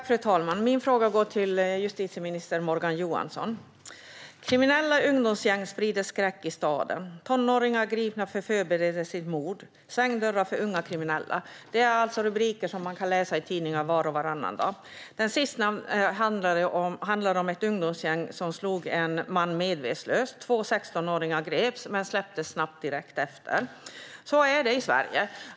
Fru talman! Min fråga går till justitieminister Morgan Johansson. Kriminella ungdomsgäng sprider skräck i staden. Tonåringar gripna för förberedelse till mord. Svängdörrar för unga kriminella. Detta är rubriker som man kan läsa i tidningarna var och varannan dag. Den sistnämnda handlar om ett ungdomsgäng som slog en man medvetslös. Två 16-åringar greps men släpptes snabbt, direkt efter. Så är det i Sverige.